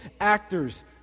actors